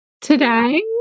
today